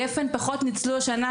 הגפ"ן פחות ניצלו השנה,